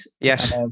yes